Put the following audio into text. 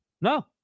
No